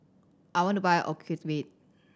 I want to buy Ocuvite